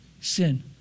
Sin